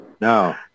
No